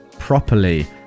properly